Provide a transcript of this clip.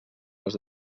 les